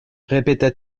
répéta